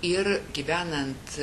ir gyvenant